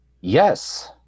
Yes